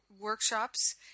workshops